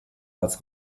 als